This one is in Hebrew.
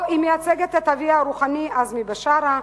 או שהיא מייצגת את אביה הרוחני עזמי בשארה?